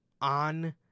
on